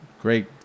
Great